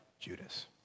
Judas